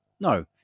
No